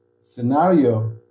scenario